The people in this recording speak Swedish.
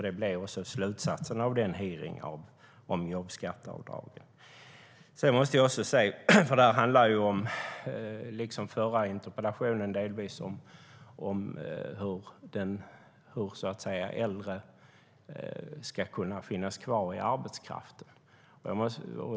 Det blev också slutsatsen av hearingen om jobbskatteavdragen. Detta handlar, liksom delvis den förra interpellationen, om hur de äldre ska kunna finnas kvar i arbetskraften.